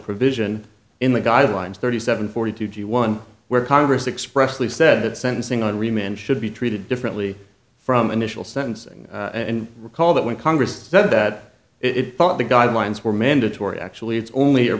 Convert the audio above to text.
provision in the guidelines thirty seven forty two to one where congress expressly said that sentencing on remand should be treated differently from initial sentencing and recall that when congress does that it thought the guidelines were mandatory actually it's only a